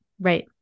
Right